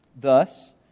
thus